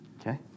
Okay